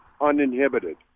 uninhibited